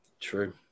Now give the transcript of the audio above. True